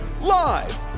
live